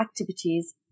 activities